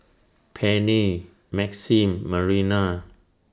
Penni Maxim Marina